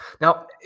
Now